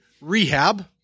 rehab